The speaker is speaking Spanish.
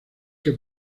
que